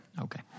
Okay